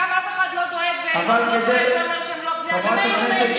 כל אדם מגיע לו שיהיה לו חשמל, בושה וחרפה.